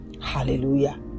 hallelujah